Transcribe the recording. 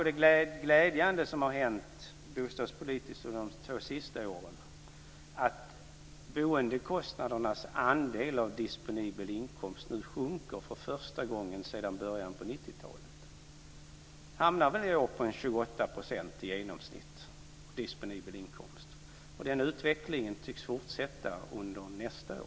Det glädjande som har hänt bostadspolitiskt de två senaste åren är att boendekostnadernas andel av disponibel inkomst nu sjunker för första gången sedan början av 90-talet. De hamnar väl i år på i genomsnitt 28 % av disponibel inkomst. Den utvecklingen tycks fortsätta under nästa år.